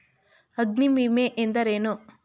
ಅಗ್ನಿವಿಮೆ ಎಂದರೇನು?